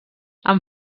amb